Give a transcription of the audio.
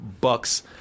bucks